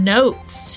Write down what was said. Notes